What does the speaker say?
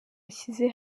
ashyize